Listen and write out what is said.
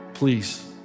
Please